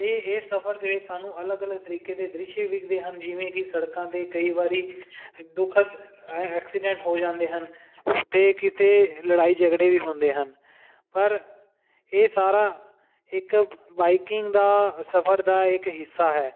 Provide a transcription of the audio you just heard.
ਇਹ ਇਹ ਸਫਰ ਦੇ ਵਿੱਚ ਸਾਨੂੰ ਅਲੱਗ ਅਲੱਗ ਤਰੀਕੇ ਦੇ ਦ੍ਰਿਸ਼ ਵਿਖਦੇ ਹਨ ਜਿਵੇਂ ਕਿ ਸੜਕਾਂ ਦੇ ਕਈ ਵਾਰੀ ਦੁਖਦ ਐਕਸੀਡੈਂਟ ਹੋ ਜਾਂਦੇ ਹਨ ਅਤੇ ਕਿਤੇ ਲੜਾਈ ਝਗੜੇ ਵੀ ਹੁੰਦੇ ਹਨ ਪਰ ਇਹ ਸਾਰਾ ਇੱਕ ਬਾਈਕਿੰਗ ਦਾ ਸਫਰ ਦਾ ਇੱਕ ਹਿੱਸਾ ਹੈ